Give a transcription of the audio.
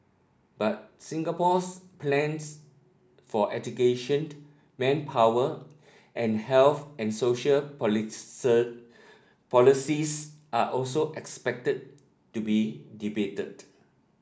but Singapore's plans for education manpower and health and social policies are also expected to be debated